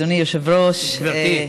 אדוני היושב-ראש, גברתי.